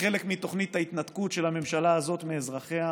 כחלק מתוכנית ההתנתקות של הממשלה הזאת מאזרחיה,